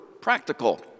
practical